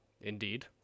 Indeed